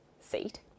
seat